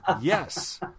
yes